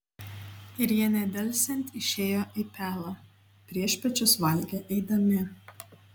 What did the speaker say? ir jie nedelsiant išėjo į pelą priešpiečius valgė eidami